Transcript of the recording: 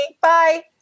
Bye